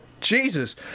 Jesus